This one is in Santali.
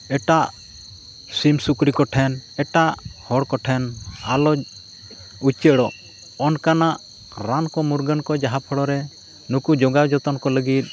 ᱮᱴᱟᱜ ᱥᱤᱢ ᱥᱩᱠᱨᱤ ᱠᱚᱴᱷᱮᱱ ᱮᱴᱟᱜ ᱦᱚᱲ ᱠᱚᱴᱷᱮᱱ ᱟᱞᱚ ᱩᱪᱟᱹᱲᱚᱜ ᱚᱱᱠᱟᱱᱟᱜ ᱨᱟᱱ ᱠᱚ ᱢᱩᱨᱜᱟᱹᱱ ᱠᱚ ᱡᱟᱦᱟᱸ ᱯᱳᱲᱳ ᱨᱮ ᱱᱩᱠᱩ ᱡᱚᱜᱟᱣ ᱡᱚᱛᱚᱱ ᱠᱚ ᱞᱟᱹᱜᱤᱫ